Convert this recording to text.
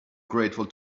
grateful